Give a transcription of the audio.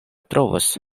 trovos